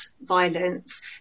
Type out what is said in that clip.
violence